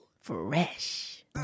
fresh